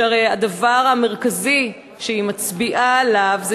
שהרי הדבר המרכזי שהיא מצביעה עליו זה